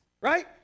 right